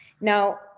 Now